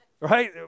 Right